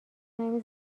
نمی